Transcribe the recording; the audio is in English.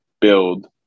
build